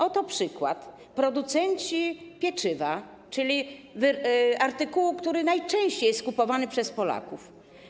Oto przykład: producenci pieczywa, czyli artykułu, który najczęściej jest kupowany przez Polaków.